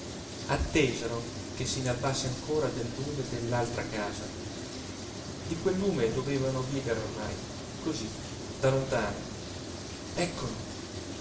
attesero attesero che s'inalbasse ancora del lume dell'altra casa di quel lume dovevano vivere ormai cosí da lontano eccolo